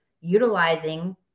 utilizing